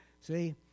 See